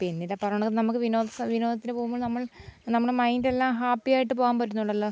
പിന്നെ ഇതാണ് പറയണതൊന്നു നമുക്ക് വിനോദ വിനോദത്തിനു പോകുമ്പോൾ നമ്മൾ നമ്മുടെ മൈൻറ്റെല്ലാം ഹാപ്പി ആയിട്ടു പോകാൻ പറ്റുന്നുണ്ടല്ലോ